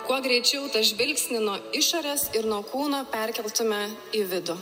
kuo greičiau tą žvilgsnį nuo išorės ir nuo kūno perkeltume į vidų